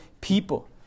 people